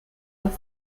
las